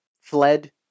fled